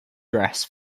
dress